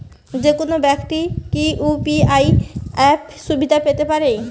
যেকোনো ব্যাক্তি কি ইউ.পি.আই অ্যাপ সুবিধা পেতে পারে?